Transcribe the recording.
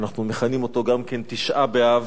שאנחנו מכנים אותו גם תשעה באב,